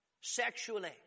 sexually